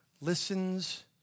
listens